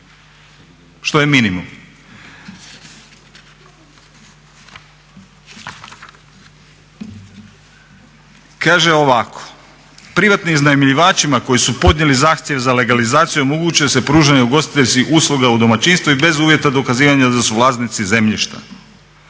što je minimum.